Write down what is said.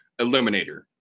eliminator